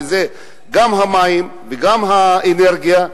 שזה גם המים וגם האנרגיה,